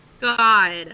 God